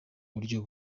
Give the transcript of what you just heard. buryo